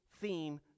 theme